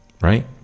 Right